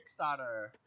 Kickstarter